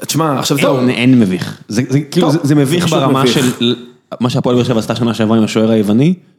תשמע, עכשיו זה, טוב, אין מביך, זה מביך ברמה של מה שהפועל באר שבע עשתה שנה שעברה עם השוער היווני.